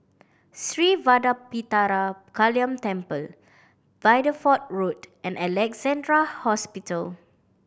Sri Vadapathira Kaliamman Temple Bideford Road and Alexandra Hospital